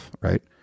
right